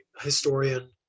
historian